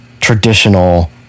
traditional